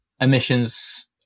emissions